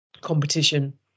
competition